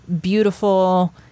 beautiful